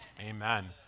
Amen